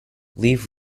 leaf